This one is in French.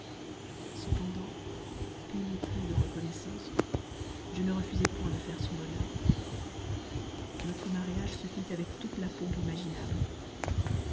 cependant pénétrée de reconnaissance je ne refusai point de faire son bonheur notre mariage se fit avec toute la pompe imaginable